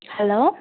hello